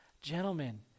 Gentlemen